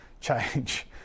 change